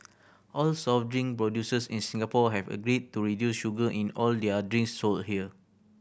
all soft drink producers in Singapore have agreed to reduce sugar in all their drinks sold here